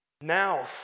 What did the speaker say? Now